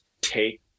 take